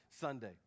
Sunday